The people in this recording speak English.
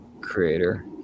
creator